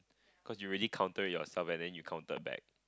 cause you really counter it yourself and then you counter back